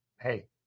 hey